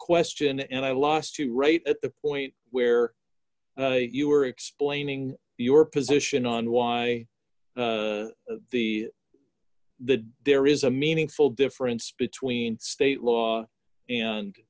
question and i lost you right at the point where you were explaining your position on why the the there is a meaningful difference between state law and